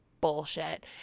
bullshit